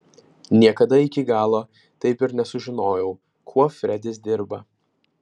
niekada iki galo taip ir nesužinojau kuo fredis dirba